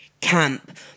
camp